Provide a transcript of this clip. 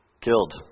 killed